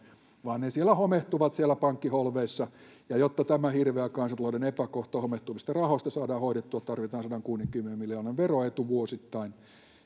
vaan ne rahat homehtuvat siellä pankkiholveissa ja jotta tämä hirveä kansantalouden epäkohta homehtuvista rahoista saadaan hoidettua tarvitaan sadankuudenkymmenen miljoonan veroetu vuosittain